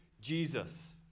Jesus